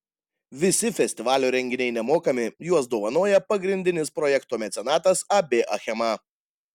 visi festivalio renginiai nemokami juos dovanoja pagrindinis projekto mecenatas ab achema